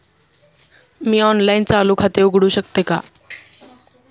मी online चालू खाते उघडू शकते का?